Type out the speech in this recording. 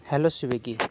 hello ᱥᱮᱵᱤᱠᱤ